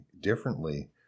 differently